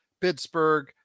Pittsburgh